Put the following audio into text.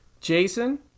Jason